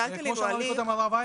כמו שאמר קודם הרב אייכלר,